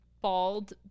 bald